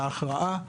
להכרעה,